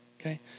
okay